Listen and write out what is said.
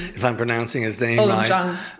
if i'm pronouncing his name and